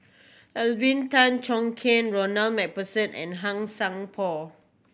Alvin Tan Cheong Kheng Ronald Macpherson and Han Sai Por